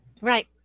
right